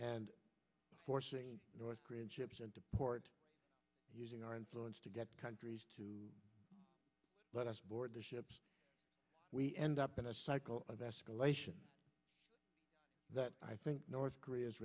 and force north korean ships into port using our influence to get countries to let us board the ships we end up in a cycle of escalation that i think north korea's